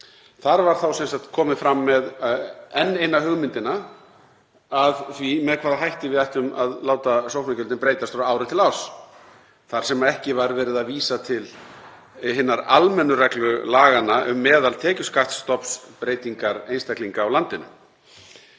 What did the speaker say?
Þar var sem sagt komið fram með enn eina hugmyndina að því með hvaða hætti við ættum að láta sóknargjöldin breytast frá ári til árs þar sem ekki var verið að vísa til hinnar almennu reglu laganna um breytingar á meðaltekjuskattsstofni einstaklinga á landinu.